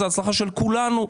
זו ההצלחה של כולנו,